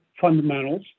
fundamentals